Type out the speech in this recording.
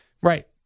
Right